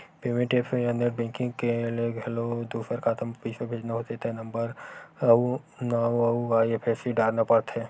payment apps या net banking ले घलो दूसर खाता म पइसा भेजना होथे त नंबरए नांव अउ आई.एफ.एस.सी डारना परथे